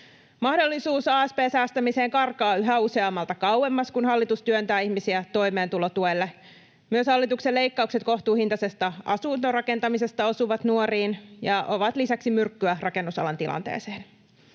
Mahdollisuus asp-säästämiseen karkaa yhä useammalta kauemmas, kun hallitus työntää ihmisiä toimeentulotuelle. Myös hallituksen leikkaukset kohtuuhintaisesta asuntorakentamisesta osuvat nuoriin ja ovat lisäksi myrkkyä rakennusalan tilanteeseen.